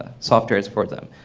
softwares for them.